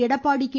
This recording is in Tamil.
எடப்பாடி கே